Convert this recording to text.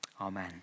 Amen